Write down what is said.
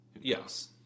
yes